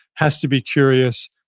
has to be curious,